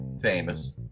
famous